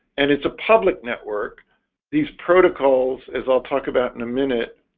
and it's a public network these protocols is i'll talk about in a minute